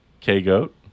K-Goat